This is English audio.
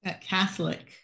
Catholic